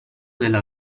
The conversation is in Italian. della